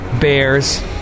bears